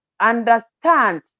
understand